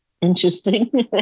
interesting